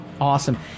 Awesome